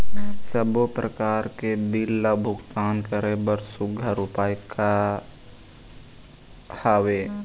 सबों प्रकार के बिल ला भुगतान करे बर सुघ्घर उपाय का हा वे?